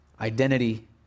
identity